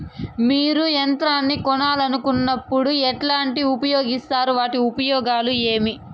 మీరు యంత్రాన్ని కొనాలన్నప్పుడు ఉన్నప్పుడు ఎట్లా ఉపయోగిస్తారు వాటి ఉపయోగాలు ఏవి?